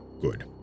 good